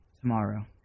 Tomorrow